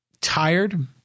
tired